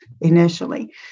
initially